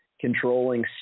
controlling